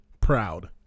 proud